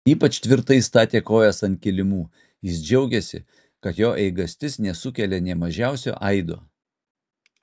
ypač tvirtai statė kojas ant kilimų jis džiaugėsi kad jo eigastis nesukelia nė mažiausio aido